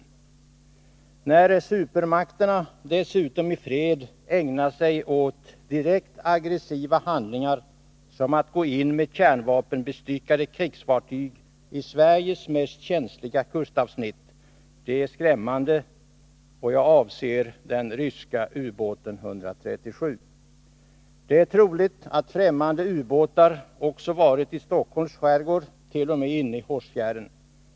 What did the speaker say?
Det är skrämmande att supermakterna dessutom i fred ägnar sig åt direkt aggressiva handlingar som att gå in med kärnvapenbestyckade krigsfartyg i Sveriges mest känsliga kustavsnitt — jag avser den ryska ubåten 137. Det är troligt att främmande ubåtar också varit i Stockholms skärgård, t.o.m. inne i Hårsfjärden.